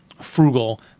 frugal